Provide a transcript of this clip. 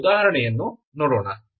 ಆ ಉದಾಹರಣೆಯನ್ನು ನೋಡೋಣ